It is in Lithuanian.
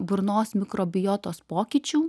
burnos mikrobiotos pokyčių